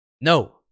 No